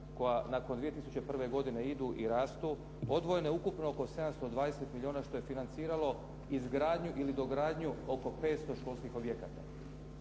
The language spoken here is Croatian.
koja nakon 2001. godine idu i rastu, odvojeno je ukupno oko 720 milijuna što je financiralo izgradnju ili dogradnju oko 500 školskih objekata.